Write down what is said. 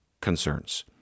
concerns